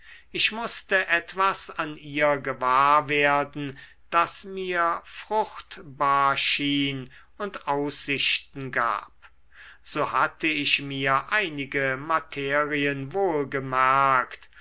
ich mußte etwas an ihr gewahr werden das mir fruchtbar schien und aussichten gab so hatte ich mir einige materien